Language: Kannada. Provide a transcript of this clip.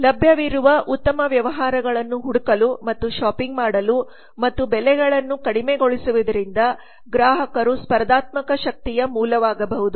ಲಭ್ಯವಿರುವ ಉತ್ತಮ ವ್ಯವಹಾರಗಳನ್ನು ಹುಡುಕಲು ಮತ್ತು ಶಾಪಿಂಗ್ ಮಾಡಲು ಮತ್ತು ಬೆಲೆಗಳನ್ನು ಕಡಿಮೆಗೊಳಿಸುವುದರಿಂದ ಗ್ರಾಹಕರು ಸ್ಪರ್ಧಾತ್ಮಕ ಶಕ್ತಿಯ ಮೂಲವಾಗಬಹುದು